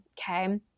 Okay